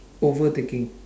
overtaking